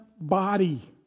body